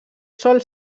sol